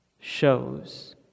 shows